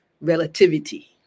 relativity